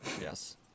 Yes